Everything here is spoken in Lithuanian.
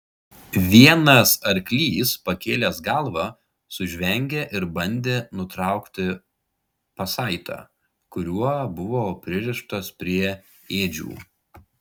vienas arklys pakėlęs galvą sužvengė ir bandė nutraukti pasaitą kuriuo buvo pririštas prie ėdžių